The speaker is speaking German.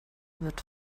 wird